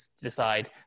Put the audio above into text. decide